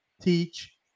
teach